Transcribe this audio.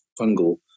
fungal